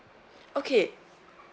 okay